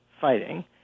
fighting